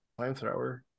flamethrower